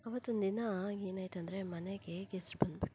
ಅವತ್ತೊಂದಿನ ಏನಾಯ್ತೆಂದ್ರೆ ಮನೆಗೆ ಗೆಸ್ಟ್ ಬಂದ್ಬಿಟ್ಟರು